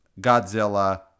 Godzilla